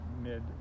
mid